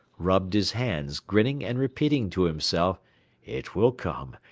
rubbed his hands, grinning and repeating to himself it will come!